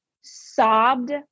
sobbed